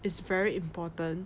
is very important